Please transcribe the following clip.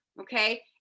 Okay